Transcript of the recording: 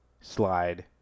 slide